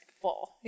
full